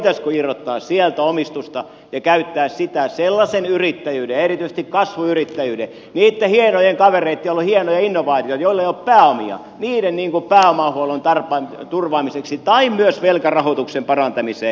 voitaisiinko irrottaa sieltä omistusta ja käyttää sitä sellaisen yrittäjyyden erityisesti kasvuyrittäjyyden niitten hienojen kavereitten joilla on hienoja innovaatioita joilla ei ole pääomia pääomahuollon turvaamiseen tai myös velkarahoituksen parantamiseen